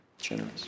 generous